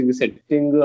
setting